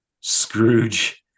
Scrooge